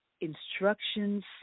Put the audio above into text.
instructions